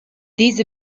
these